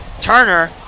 Turner